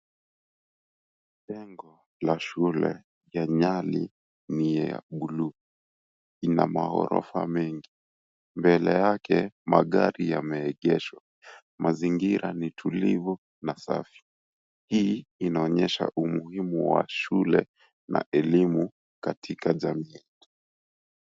Jengo la shule ya Nyali ni ya bluu. Ina maghorofa mengi. Mbele yake magari yameegeshwa. Mazingira ni tulivu na safi, hii inaonyesha umuhimu wa shule, na elimu katika jamii.